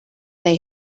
they